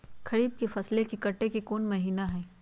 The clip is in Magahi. खरीफ के फसल के कटे के कोंन महिना हई?